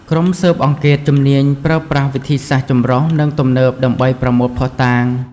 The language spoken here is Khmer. ក្រុមស៊ើបអង្កេតជំនាញប្រើប្រាស់វិធីសាស្រ្តចម្រុះ និងទំនើបដើម្បីប្រមូលភស្តុតាង។